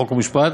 חוק ומשפט